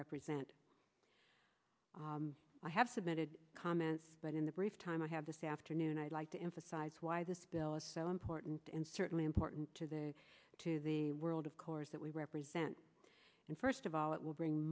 represent i have submitted comments but in the brief time i have this afternoon i'd like to emphasize why this bill is so important and certainly important to the to the world of course that we represent and first of all it will bring